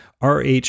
RH